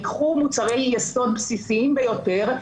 ייקחו מוצרי יסוד בסיסיים ביותר,